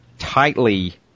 Tightly